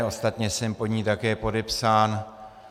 Ostatně jsem pod ní také podepsán.